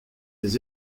des